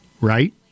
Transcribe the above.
right